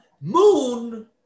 Moon